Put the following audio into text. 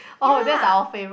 ya